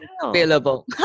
available